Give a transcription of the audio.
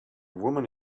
woman